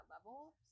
level